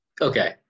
Okay